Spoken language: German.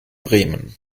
bremen